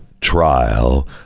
trial